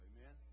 Amen